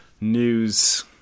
news